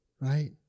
right